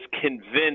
convinced